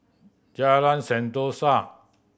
Jalan Sentosa